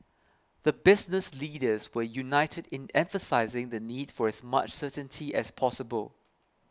the business leaders were united in emphasising the need for as much certainty as possible